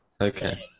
Okay